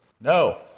No